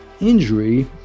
injury